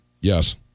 Yes